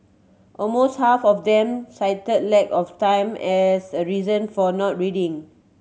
almost half of them cited lack of time as a reason for not reading